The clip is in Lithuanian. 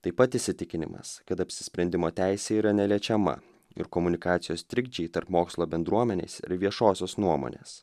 taip pat įsitikinimas kad apsisprendimo teisė yra neliečiama ir komunikacijos trikdžiai tarp mokslo bendruomenės ir viešosios nuomonės